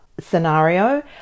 scenario